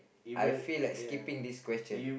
I feel like skipping this question